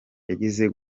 yigeze